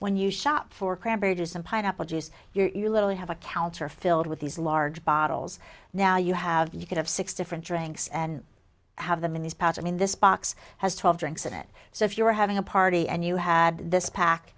when you shop for cranberry juice and pineapple juice you're literally have a counter filled with these large bottles now you have you could have six different drinks and have them in this pattern in this box has twelve drinks in it so if you're having a party and you had this pack